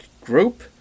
group